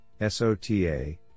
SOTA